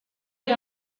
eta